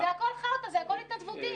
זה הכל חרטה, זה הכל התנדבותי.